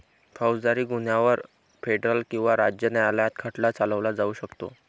फौजदारी गुन्ह्यांवर फेडरल किंवा राज्य न्यायालयात खटला चालवला जाऊ शकतो